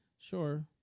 Sure